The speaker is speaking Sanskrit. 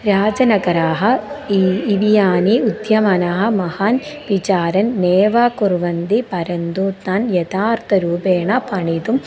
राजनगराः ई इव यानि उद्यमनं महान् विचारन् नैव कुर्वन्ति परन्तु तान् यथार्थरूपेण परिणमितुम्